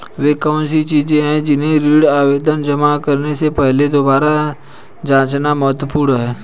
वे कौन सी चीजें हैं जिन्हें ऋण आवेदन जमा करने से पहले दोबारा जांचना महत्वपूर्ण है?